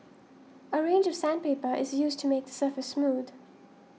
a range of sandpaper is used to make the surface smooth